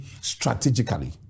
strategically